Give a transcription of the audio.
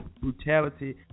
brutality